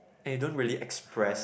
and you don't really express